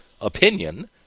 opinion